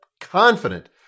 confident